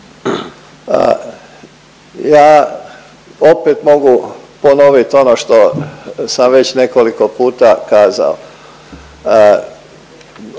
Ja opet mogu ponovit ono što sam već nekoliko puta kazao.